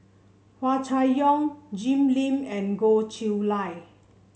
Hua Chai Yong Jim Lim and Goh Chiew Lye